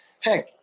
hey